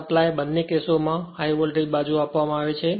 supply બંને કેસો માં હાઇ વોલ્ટેજ બાજુ આપવામાં આવે છે